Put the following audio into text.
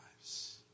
lives